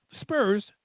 Spurs